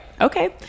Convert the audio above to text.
okay